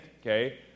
okay